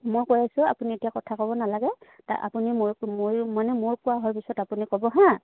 মই কৈ আছোঁ আপুনি এতিয়া কথা ক'ব নালাগে ত আপুনি মই ময়ো মানে মোৰ কোৱা হোৱাৰ পিছত আপুনি ক'ব হাঁ